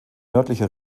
nördlicher